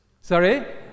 Sorry